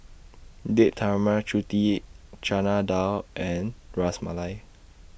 Date Tara Mart Chutney Chana Dal and Ras Malai